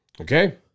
Okay